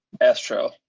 Astro